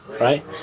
right